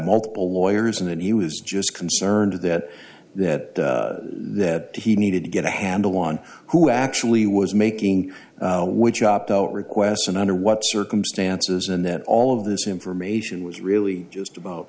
multiple lawyers and that he was just concerned that that that he needed to get a handle on who actually was making which opt out requests and under what circumstances and that all of this information was really just about